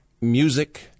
music